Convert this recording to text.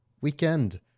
Weekend